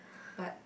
but